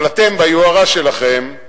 אבל אתם, ביוהרה שלכם,